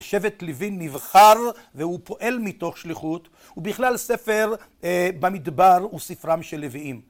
שבט לוין נבחר והוא פועל מתוך שליחות, הוא בכלל ספר במדבר וספרם של לויים.